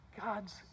God's